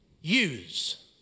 use